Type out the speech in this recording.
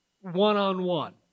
one-on-one